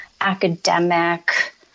academic